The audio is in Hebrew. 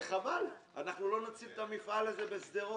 זה חבל, אנחנו לא נציל את המפעל הזה בשדרות.